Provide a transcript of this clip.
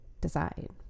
decide